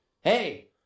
Hey